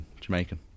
Jamaican